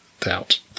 doubt